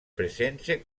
presenze